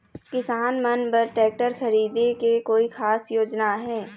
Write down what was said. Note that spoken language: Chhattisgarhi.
किसान मन बर ट्रैक्टर खरीदे के कोई खास योजना आहे?